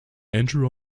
andrew